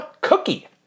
Cookie